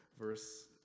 verse